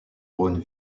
rhône